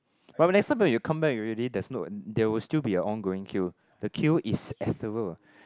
but when it start then you come back already there's no there will still be an ongoing queue the queue is ethereal